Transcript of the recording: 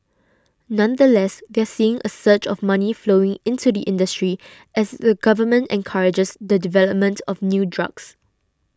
nonetheless they're seeing a surge of money flowing into the industry as the government encourages the development of new drugs